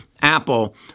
Apple